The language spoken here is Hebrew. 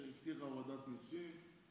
שהבטיחה הורדת מיסים,